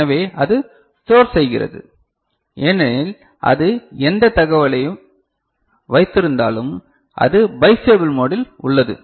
எனவே அது ஸ்டோர் செய்கிறது ஏனெனில் அது எந்த தகவலையும் வைத்திருந்தாலும் அது பைஸ்டேபிள் மோடில் உள்ளது